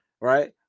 right